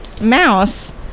mouse